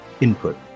input